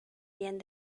bien